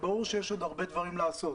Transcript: וברור שיש עוד הרבה דברים לעשות.